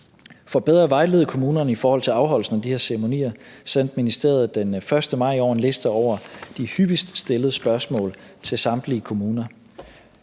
For bedre at vejlede kommunerne i forhold til afholdelsen af de her ceremonier sendte ministeriet den 1. maj i år en liste over de hyppigst stillede spørgsmål til samtlige kommuner.